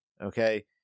okay